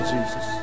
Jesus